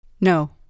No